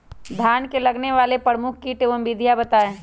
धान में लगने वाले प्रमुख कीट एवं विधियां बताएं?